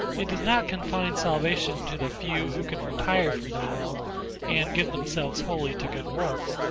it does not confine salvation to the few who can retire from the world and give themselves wholly to good works,